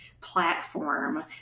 platform